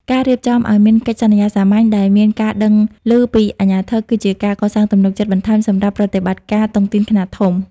ការរៀបចំឱ្យមាន "កិច្ចសន្យាសាមញ្ញ" ដែលមានការដឹងឮពីអាជ្ញាធរ គឺជាការកសាងទំនុកចិត្តបន្ថែមសម្រាប់ប្រតិបត្តិការតុងទីនខ្នាតធំ។